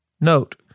Note